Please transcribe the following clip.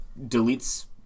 deletes